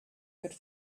could